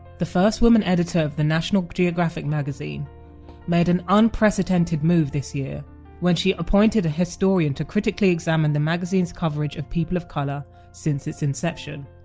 the first woman editor of the national geographic made made an unprecedented move this year when she appointed a historian to critically examine the magazine's coverage of people of colour since its inception.